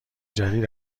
جدید